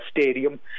Stadium